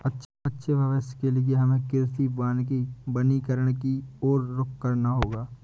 अच्छे भविष्य के लिए हमें कृषि वानिकी वनीकरण की और रुख करना होगा